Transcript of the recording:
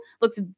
looks